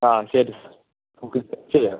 ആ ശരി സാർ നമ്മുക്ക് ചെയ്യാം